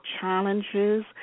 challenges